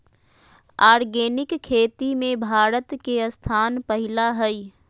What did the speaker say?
organic खेती में भारत के स्थान पहिला हइ